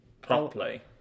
Properly